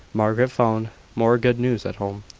margaret found more good news at home.